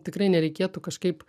tikrai nereikėtų kažkaip